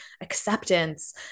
acceptance